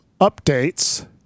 updates